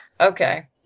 Okay